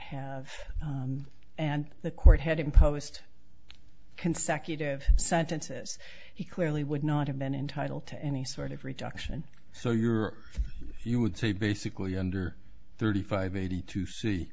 have and the court had imposed consecutive sentences he clearly would not have been entitled to any sort of reduction so your view would say basically under thirty five eighty to see